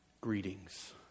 Greetings